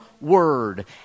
word